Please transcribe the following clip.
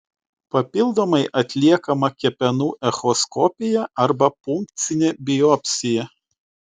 papildomai atliekama kepenų echoskopija arba punkcinė biopsija